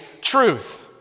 truth